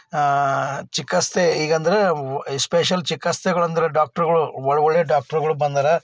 ಚಿಕಿತ್ಸೆ ಈಗಂದ್ರೆ ಎ ಸ್ಪೆಷಲ್ ಚಿಕಿತ್ಸೆಗಳೆಂದ್ರೆ ಡಾಕ್ಟ್ರುಗಳು ಒಳ್ಳೆ ಒಳ್ಳೆ ಡಾಕ್ಟ್ರುಗಳು ಬಂದಾರೆ